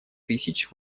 тысяч